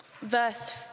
verse